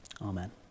Amen